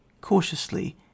cautiously